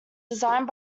designed